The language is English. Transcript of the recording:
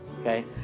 okay